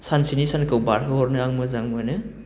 सानसेनि सानखौ बारहो हरनो आं मोजां मोनो